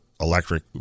electric